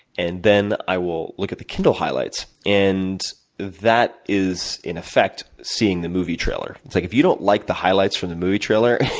and then, i will look at the kindle highlights, and that is, in effect, seeing the movie trailer. it's like, if you don't like the highlights from the movie trailer,